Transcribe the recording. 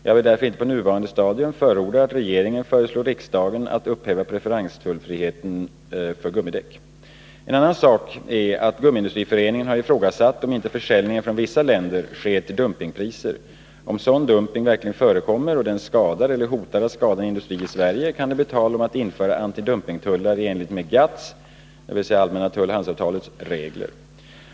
Jag vill därför inte på nuvarande stadium förorda att regeringen föreslår riksdagen att upphäva preferenstullfriheten för gummidäck. En annan sak är att Gummiindustriföreningen har ifrågasatt om inte försäljningen från vissa länder sker till dumpingpriser. Om sådan dumping verkligen förekommer och den skadar eller hotar att skada en industri i Sverige, kan det bli tal om att införa antidumpingtullar i enlighet med GATT:s regler.